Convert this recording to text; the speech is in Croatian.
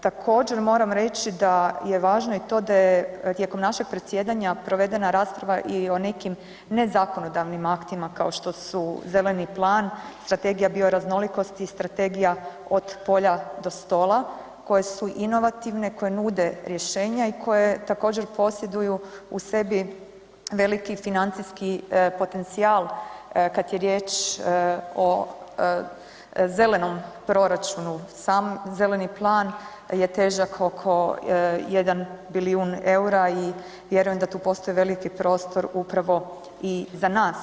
Također, moram reći daje važno i to da je tijekom našeg predsjedanja provedena rasprava i o nekim nezakonodavnim aktima kao što su Zeleni plan, Strategija bio raznolikosti, strategija Od polja do stola, koje su inovativne, koje nude rješenja i koje također, posjeduju u sebi veliki financijski potencijal kada je riječ o zelenom proračunu, sam zeleni plan je težak oko 1 bilijun eura i vjerujem da tu postoji veliki prostor upravo i za nas.